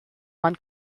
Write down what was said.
man